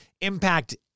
impact